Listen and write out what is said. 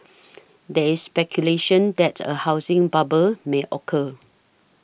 there is speculation that a housing bubble may occur